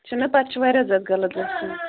چھُنا پَتہٕ چھِ واریاہ زیادٕ غلط گژھان